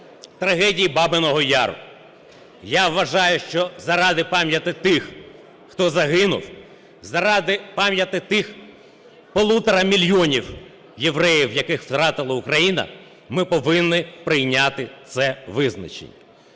трагедії Бабиного Яру. Я вважаю, що заради пам'яті тих, хто загинув, заради пам'яті тих полутора мільйонів євреїв, яких втратила Україна, ми повинні прийняти це визначення.